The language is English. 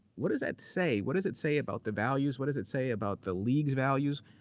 what does that say? what does it say about the values? what does it say about the league's values?